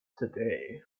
today